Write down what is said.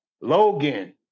Logan